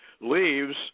leaves